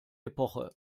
epoche